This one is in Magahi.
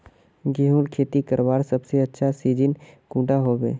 गेहूँर खेती करवार सबसे अच्छा सिजिन कुंडा होबे?